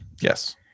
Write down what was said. Yes